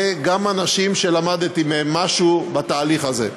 וגם אנשים שלמדתי מהם משהו בתהליך הזה.